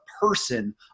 person